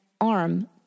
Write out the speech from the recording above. arm